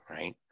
right